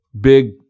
big